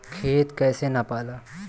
खेत कैसे नपाला?